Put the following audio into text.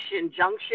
junction